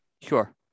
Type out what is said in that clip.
Sure